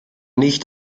nicht